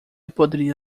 poderia